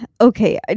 Okay